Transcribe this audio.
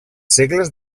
segles